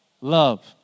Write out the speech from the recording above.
Love